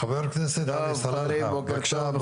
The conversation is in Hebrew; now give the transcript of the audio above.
חבר הכנסת עלי סלאלחה, בבקשה.